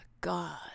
God